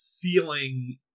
feeling